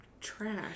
trash